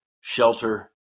shelter